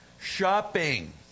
Shopping